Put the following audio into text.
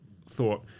thought